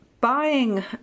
buying